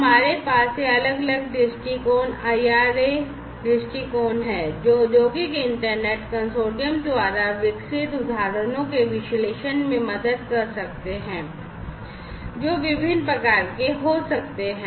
हमारे पास ये अलग अलग दृष्टिकोण IIRA दृष्टिकोण हैं जो औद्योगिक इंटरनेट कंसोर्टियम द्वारा विकसित उदाहरणों के विश्लेषण में मदद कर सकते हैं जो विभिन्न प्रकार के हो सकते हैं